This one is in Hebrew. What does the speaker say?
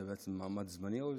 זה מעמד זמני או קבוע?